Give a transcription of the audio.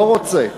לא רוצה,